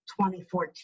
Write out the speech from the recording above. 2014